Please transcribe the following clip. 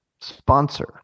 sponsor